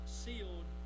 sealed